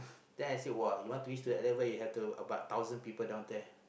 then I say !wah! you want to reach to that level you have to what thousand people down there